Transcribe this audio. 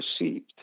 received